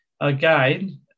again